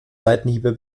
seitenhiebe